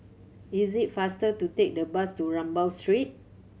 is it faster to take the bus to Rambau Street